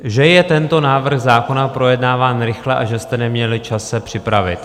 Že je tento návrh zákona projednáván rychle a že jste neměli čas se připravit...